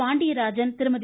Pandiarajan Thirumathi